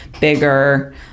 bigger